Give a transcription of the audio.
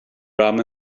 rum